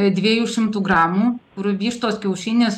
dviejų šimtų gramų kur vištos kiaušinis